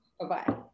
Bye-bye